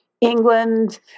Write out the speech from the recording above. England